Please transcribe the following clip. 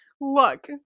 Look